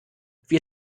wir